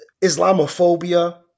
Islamophobia